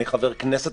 אני חבר כנסת,